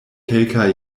kelkaj